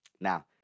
Now